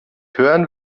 hören